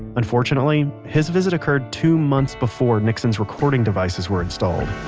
unfortunately his visit occurred two months before nixon's recording devices were installed